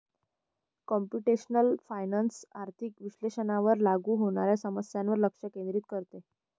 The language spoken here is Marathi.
कम्प्युटेशनल फायनान्स आर्थिक विश्लेषणावर लागू होणाऱ्या समस्यांवर लक्ष केंद्रित करते